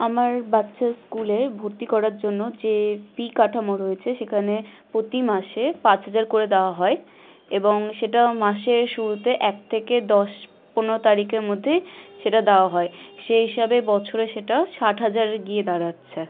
আমার বাচ্চার স্কুলে ভর্তি করার জন্য যে ফি কাঠামো রয়েছে সেখানে প্রতি মাসে পাঁচ হাজার করে দাওয়া হয় এবং সেটা মাসের শুরুতে এক থেকে দশ পনেরো তারিখের মধ্যেই সেটা দেওয়া হয় সেই হিসাবে বছরে সেটা ষাট হাজার গিয়ে দাঁড়াচ্ছে